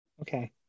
Okay